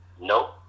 Nope